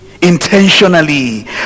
intentionally